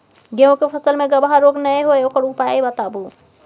गेहूँ के फसल मे गबहा रोग नय होय ओकर उपाय बताबू?